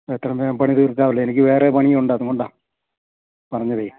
എത്രയും വേഗം പണി തീർക്കാമല്ലോ എനിക്ക് വേറേ പണിയുണ്ട് അതുകൊണ്ടാണ് പറഞ്ഞതേ